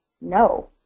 no